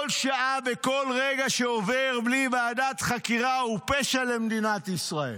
כל שעה וכל רגע שעובר בלי ועדת חקירה הוא פשע למדינת ישראל"